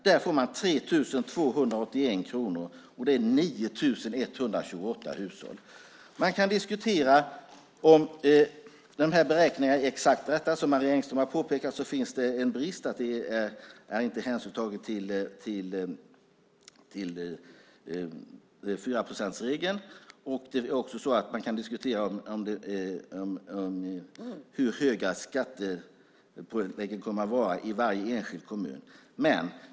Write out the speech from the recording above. Där får man 3 281 kronor. Det är 9 128 hushåll. Man kan diskutera om beräkningarna är exakta. Som Marie Engström har påpekat är det en brist att man inte har tagit hänsyn till 4-procentsregeln. Man kan också diskutera hur höga skattepåläggen kommer att vara i varje enskild kommun.